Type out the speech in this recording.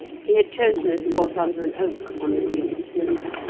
he had chosen a spot under an oak on the green slope.